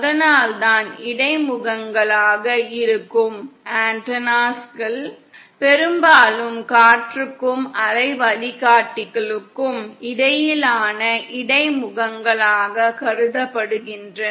அதனால்தான் இடைமுகங்களாக இருக்கும் ஆன்டெனாக்கள் பெரும்பாலும் காற்றுக்கும் அலை வழிகாட்டலுக்கும் இடையிலான இடைமுகங்களாகக் கருதப்படுகின்றன